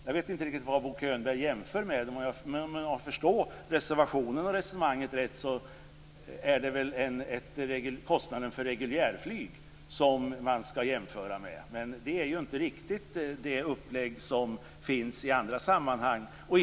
Jag vet inte riktigt vad Bo Könberg jämför med, men om jag förstår reservationen och resonemanget rätt är det kostnaden för reguljärflyg som man skall jämföra med. Det är inte riktigt det upplägg som finns i andra sammanhang.